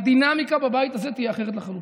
הדינמיקה בבית הזה תהיה אחרת לחלוטין,